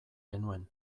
genuen